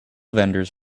vendors